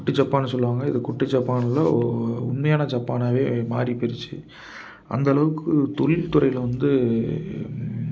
குட்டி ஜப்பான்னு சொல்லுவாங்க இது குட்டி ஜப்பான் இல்லை உண்மையான ஜப்பானாகவே மாறி போயிடுச்சு அந்த அளவுக்கு தொழில் துறையில வந்து